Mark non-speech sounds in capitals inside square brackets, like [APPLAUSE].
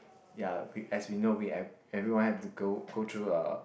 ya we as we know we [NOISE] everyone had to go go through a